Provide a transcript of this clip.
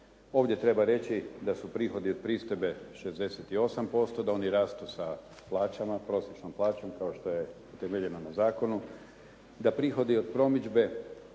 Ovdje treba reći da su prihodi od pristojbe 68%, da oni rastu sa plaćama, prosječnom plaćom kao što je utemeljeno na zakonu, da prihodi od promidžbe